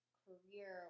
career